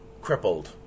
crippled